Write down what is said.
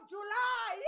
July